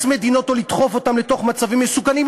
מדינות או לדחוף אותן לתוך מצבים מסוכנים.